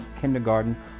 kindergarten